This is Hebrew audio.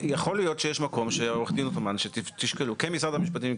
יכול להיות עורך דין אוסמן שיש מקום שתשקלו כמשרד המשפטים,